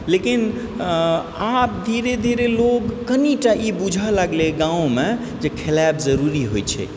लेकिन आब धीरे धीरे लोग कनिटा ई बुझय लगलय गाँवमे जे खेलायब जरुरी होइत छै